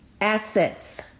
assets